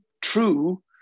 true